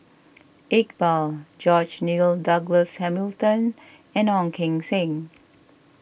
Iqbal George Nigel Douglas Hamilton and Ong Keng Sen